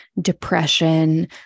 depression